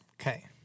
Okay